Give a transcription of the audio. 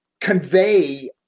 convey